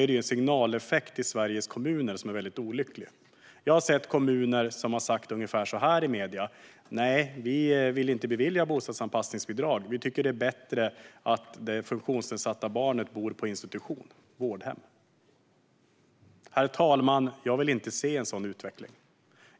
Det är signaleffekter till Sveriges kommuner som är mycket olyckliga. Vissa kommuner har sagt ungefär följande i medierna: Nej, vi vill inte bevilja bostadsanpassningsbidrag. Vi tycker att det är bättre att det funktionsnedsatta barnet bor på institution - vårdhem. Herr talman! Jag vill inte se en sådan utveckling.